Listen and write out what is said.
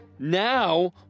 Now